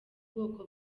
bwoko